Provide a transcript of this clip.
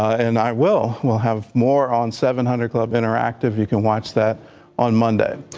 and i well we'll have more on seven hundred club interactive you can watch that on monday.